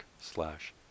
slash